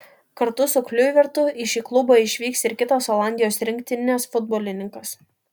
kartu su kliuivertu į šį klubą išvyks ir kitas olandijos rinktinės futbolininkas